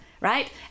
right